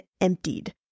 emptied